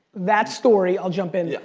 that story, i'll jump in, yeah